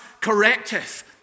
corrective